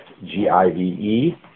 G-I-V-E